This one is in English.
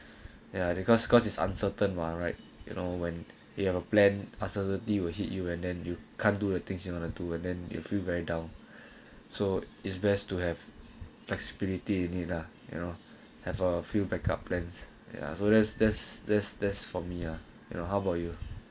ya because scores is uncertain one right you know when you have a plan uncertainty will hit you and then you can't do the things you wanna do and then you feel very down so it's best to have flexibility need lah you know have a few backup plans ya so there's there's there's there's for me ah you know how about you